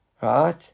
right